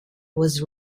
was